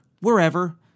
wherever